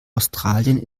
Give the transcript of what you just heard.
australien